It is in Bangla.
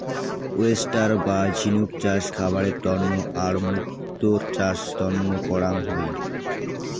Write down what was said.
ওয়েস্টার বা ঝিনুক চাষ খাবারের তন্ন আর মুক্তো চাষ তন্ন করাং হই